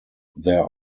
their